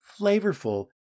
flavorful